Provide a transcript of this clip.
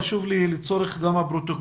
חשוב לי לצורך גם הפרוטוקול,